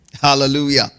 Hallelujah